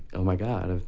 oh, my god, i've